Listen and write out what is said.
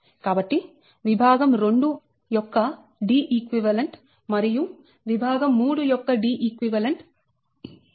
కాబట్టి విభాగం2 యొక్క Deq మరియు విభాగం3 యొక్క Deq సమానం గా ఉంటాయి